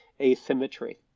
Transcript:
asymmetry